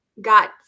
got